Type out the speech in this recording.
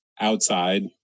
outside